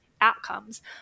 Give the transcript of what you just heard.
outcomes